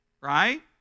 Right